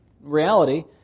reality